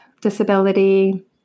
disability